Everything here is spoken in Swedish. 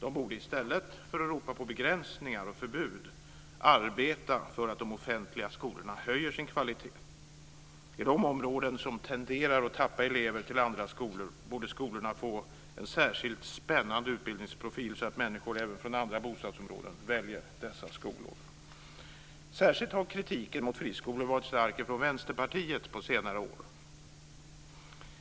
borde i stället för att ropa på begränsningar och förbud arbeta för att de offentliga skolorna höjer sin kvalitet. I de områden som tenderar att tappa elever till andra skolor borde skolorna få en särskilt spännande utbildningsprofil så att människor även från andra bostadsområden väljer dessa skolor. Särskilt har kritiken mot friskolor varit stark från Vänsterpartiet på senare år.